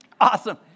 Awesome